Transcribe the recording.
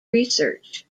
research